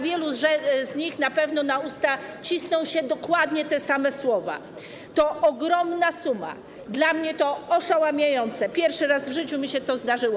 Wielu z nich na pewno na usta cisną się dokładnie te same słowa: To ogromna suma, dla mnie to oszałamiające, pierwszy raz w życiu mi się to zdarzyło.